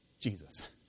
Jesus